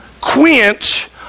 quench